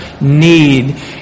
need